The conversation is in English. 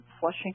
flushing